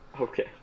Okay